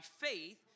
faith—